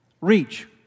reach